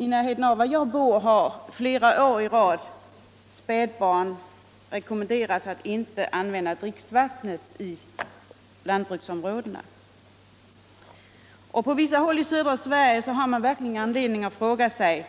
I närheten av min hemort har flera år i rad rekommendationer utfärdats att inte ge spädbarn dricksvatten i lantbruksområdena. På vissa håll i södra Sverige har man verkligen anledning att fråga sig